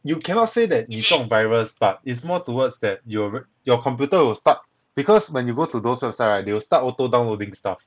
you cannot say that 你中 virus but is more towards that your your computer will stuck because when you go to those website right they will start auto downloading stuff